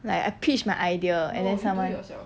like I pitch my idea and then someone